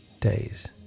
days